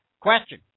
Question